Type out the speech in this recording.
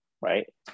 right